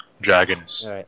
Dragons